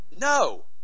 No